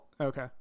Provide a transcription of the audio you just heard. okay